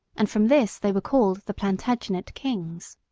and from this they were called the plantagenet kings.